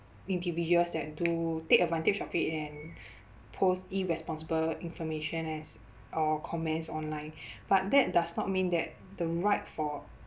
individuals that do take advantage of it and post irresponsible information as or comments online but that does not mean that the right for